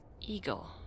Eagle